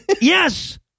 Yes